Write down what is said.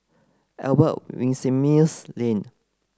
Albert Winsemius Lane